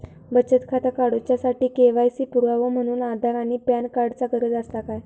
बचत खाता काडुच्या साठी के.वाय.सी पुरावो म्हणून आधार आणि पॅन कार्ड चा गरज आसा काय?